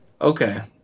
Okay